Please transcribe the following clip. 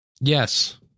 Yes